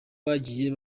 yagiye